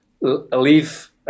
leave